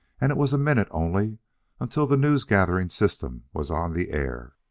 and it was a minute only until the news-gathering system was on the air.